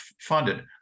funded